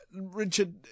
Richard